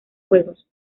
juegos